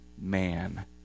man